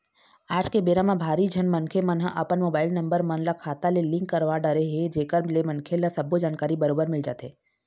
आज के बेरा म भारी झन मनखे मन ह अपन मोबाईल नंबर मन ल खाता ले लिंक करवा डरे हे जेकर ले मनखे ल सबो जानकारी बरोबर मिल जाथे